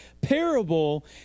parable